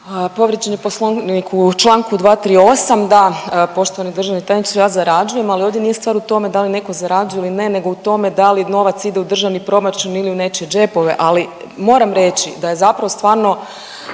Povrijeđen je poslovnik u čl. 238.. Da poštovani državni tajniče ja zarađujem, al ovdje nije stvar u tome da li neko zarađuje ili ne nego u tome da li novac ide u državni proračun ili u nečije džepove. Ali moram reći da je zapravo stvarno